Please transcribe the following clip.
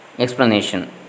Explanation